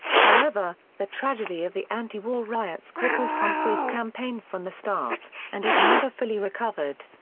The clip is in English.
however, the tragedy of the anti-war riots crippled humphrey's campaign from the start, and it never fully recovered.